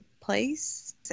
place